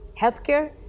Healthcare